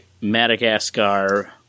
Madagascar